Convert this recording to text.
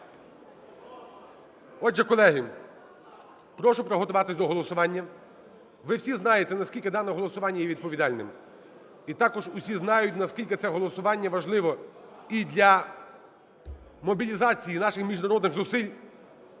Отже, колеги, прошу приготуватись до голосування. Ви всі знаєте, наскільки дане голосування є відповідальним, і також усі знають, наскільки це голосування важливе і для мобілізації наших міжнародних зусиль